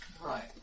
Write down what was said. Right